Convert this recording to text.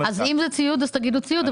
לציוד.